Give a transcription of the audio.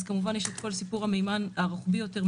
כמובן יש את כל סיפור המימן הרוחבי יותר,